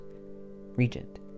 Regent